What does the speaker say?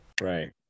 Right